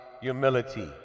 humility